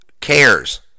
cares